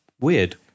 weird